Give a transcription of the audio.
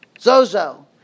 zozo